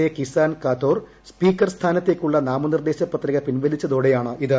A കിസാൻ കാത്തേടൂർ speaker സ്ഥാനത്തേക്കുള്ള നാമനിർദ്ദേശ പത്രിക പിൻവലിച്ച്തോടെയാണ് ഇത്